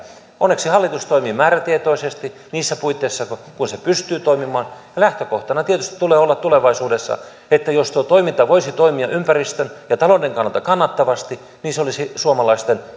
onneksi hallitus toimii määrätietoisesti niissä puitteissa joissa se pystyy toimimaan ja lähtökohtana tietysti tulee olla tulevaisuudessa että jos tuo toiminta voisi toimia ympäristön ja talouden kannalta kannattavasti niin se olisi suomalaisten